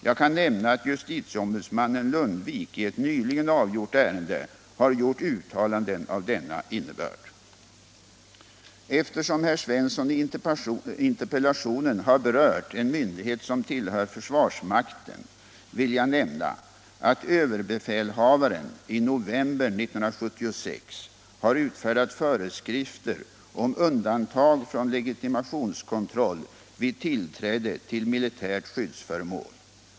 Jag kan nämna att justitieombudsmannen Lundvik i ett nyligen avgjort ärende har gjort uttalanden av denna innebörd. Eftersom herr Svensson i interpellationen har berört en myndighet som tillhör försvarsmakten vill jag nämna att överbefälhavaren i november 1976 har utfärdat föreskrifter om undantag från legitimationskontroll vid tillträde till militärt skyddsföremål.